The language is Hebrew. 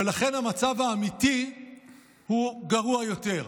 ולכן המצב האמיתי גרוע יותר.